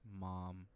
mom